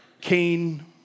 Cain